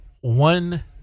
One